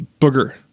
Booger